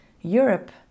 Europe